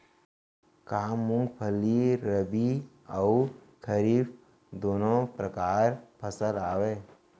का मूंगफली रबि अऊ खरीफ दूनो परकार फसल आवय?